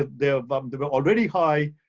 ah they're but they're already high,